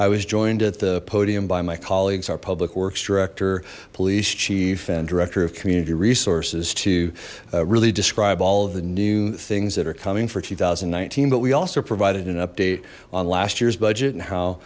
i was joined at the podium by my colleagues our public works director police chief and director of community resources to really describe all of the new things that are coming for two thousand and nineteen but we also provided an update on last year's budget and how